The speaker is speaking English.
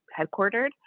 headquartered